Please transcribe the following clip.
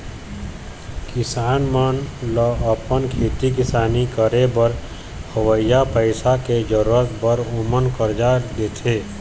किसान मन ल अपन खेती किसानी करे बर होवइया पइसा के जरुरत बर ओमन करजा देथे